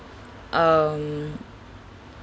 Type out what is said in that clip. um